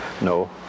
No